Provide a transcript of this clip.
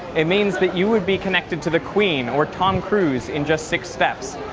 it means that you would be connected to the queen or tom cruise in just six steps.